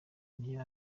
niyo